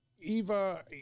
Eva